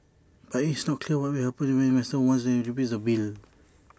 but IT is not clear what will happen if Westminster one day repeals that bill